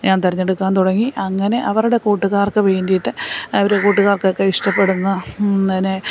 ഞാൻ തിരഞ്ഞെടുക്കാൻ തുടങ്ങി അങ്ങനെ അവരുടെ കൂട്ടുകാർക്ക് വേണ്ടിയിട്ട് അവരുടെ കൂട്ടുകാർക്കൊക്കെ ഇഷ്ടപ്പെടുന്ന പിന്നെ